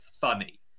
funny